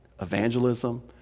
evangelism